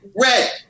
red